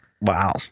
Wow